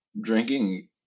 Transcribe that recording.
drinking